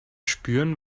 spüren